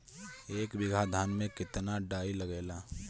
एक बीगहा धान में केतना डाई लागेला?